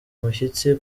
imishyitsi